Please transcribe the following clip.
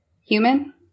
Human